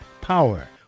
power